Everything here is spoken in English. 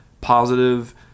positive